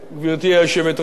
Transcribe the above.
גברתי היושבת-ראש,